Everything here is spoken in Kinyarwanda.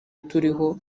turiho